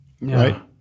right